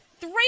three